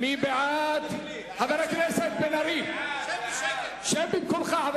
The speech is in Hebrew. מי בעד, חבר הכנסת בן-ארי, שב במקומך.